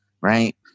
right